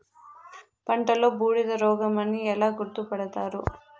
పంటలో బూడిద రోగమని ఎలా గుర్తుపడతారు?